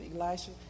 Elisha